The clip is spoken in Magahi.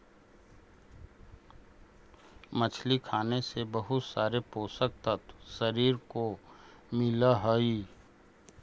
मछली खाने से बहुत सारे पोषक तत्व शरीर को मिलअ हई